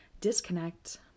disconnect